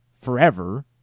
forever